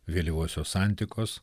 vėlyvosios antikos